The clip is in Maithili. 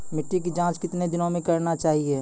मिट्टी की जाँच कितने दिनों मे करना चाहिए?